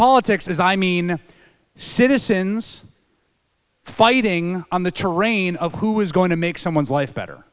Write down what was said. politics is i mean citizens fighting on the terrain of who is going to make someone's life better